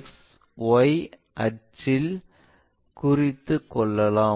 XY அச்சில் குறித்துக் கொள்ளலாம்